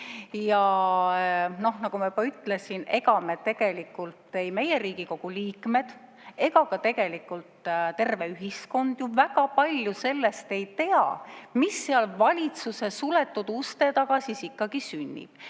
Nagu ma juba ütlesin, ega me tegelikult – ei meie, Riigikogu liikmed, ega ka terve ühiskond – ju väga palju sellest ei tea, mis seal valitsuse suletud uste taga siis ikkagi sünnib: